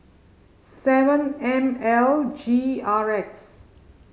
seven M L G R X